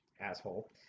asshole